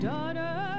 Daughter